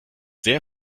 sehr